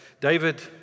David